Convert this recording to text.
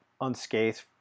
unscathed